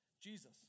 Jesus